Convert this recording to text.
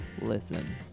Listen